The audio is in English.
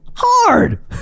hard